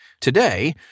Today